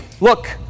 look